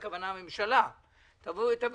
הכוונה הממשלה - אלא גם